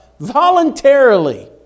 voluntarily